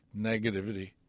negativity